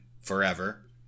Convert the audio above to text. forever